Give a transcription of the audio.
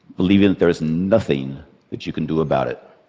believing that there is nothing that you can do about it